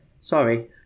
sorry